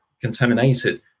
contaminated